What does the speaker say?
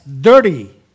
dirty